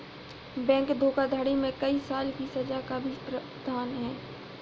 bank धोखाधड़ी में कई साल की सज़ा का भी प्रावधान है